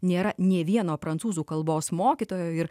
nėra nė vieno prancūzų kalbos mokytojo ir